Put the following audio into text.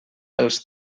els